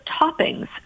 toppings